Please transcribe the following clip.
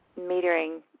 metering